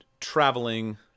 traveling